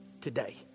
today